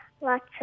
lots